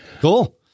Cool